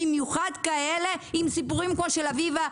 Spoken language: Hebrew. במיוחד כאלה עם סיפורים כמו של אביבה,